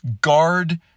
guard